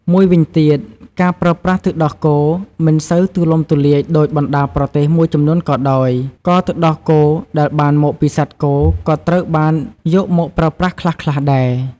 មួយវិញទៀត ការប្រើប្រាស់ទឹកដោះគោមិនសូវទូលំទូលាយដូចបណ្ដាប្រទេសមួយចំនួនក៏ដោយ ក៏ទឹកដោះគោដែលបានមកពីសត្វគោក៏ត្រូវបានយកមកប្រើប្រាស់ខ្លះៗដែរ។